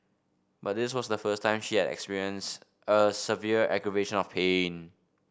but this was the first time she had experienced a severe aggravation of pain